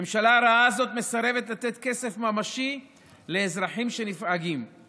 הממשלה הרעה הזאת מסרבת לתת כסף ממשי לאזרחים שנפגעים.